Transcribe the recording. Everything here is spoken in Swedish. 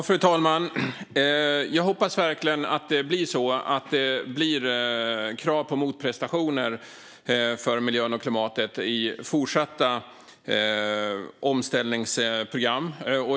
Fru talman! Jag hoppas att det i fortsatta omställningsprogram blir krav på motprestationer för miljön och klimatet.